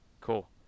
Cool